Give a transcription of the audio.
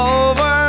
over